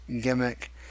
Gimmick